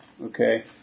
Okay